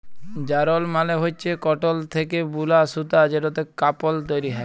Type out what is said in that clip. যারল মালে হচ্যে কটল থ্যাকে বুলা সুতা যেটতে কাপল তৈরি হ্যয়